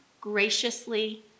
graciously